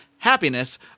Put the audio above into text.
Happiness